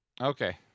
Okay